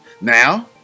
Now